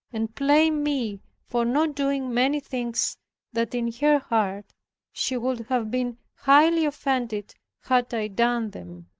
and blamed me for not doing many things that in her heart she would have been highly offended had i done them.